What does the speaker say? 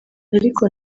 ariko